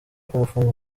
kumufunga